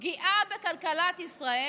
פגיעה בכלכלת ישראל